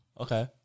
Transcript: Okay